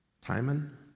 Timon